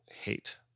hate